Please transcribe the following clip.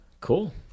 Cool